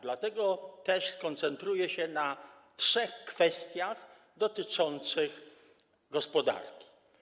Dlatego też skoncentruję się na trzech kwestiach dotyczących gospodarki.